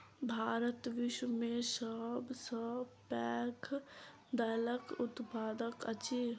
भारत विश्व में सब सॅ पैघ दाइलक उत्पादक अछि